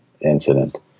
incident